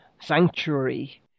Sanctuary